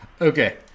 Okay